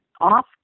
off